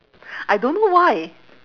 I don't know why